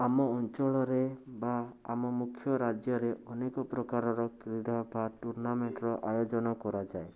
ଆମ ଅଞ୍ଚଳରେ ବା ଆମ ମୁଖ୍ୟ ରାଜ୍ୟରେ ଅନେକ ପ୍ରକାରର କ୍ରୀଡ଼ା ବା ଟୁର୍ଣ୍ଣାମେଣ୍ଟର ଆୟୋଜନ କରାଯାଏ